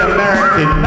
American